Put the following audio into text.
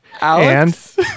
Alex